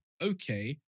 okay